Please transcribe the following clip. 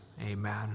amen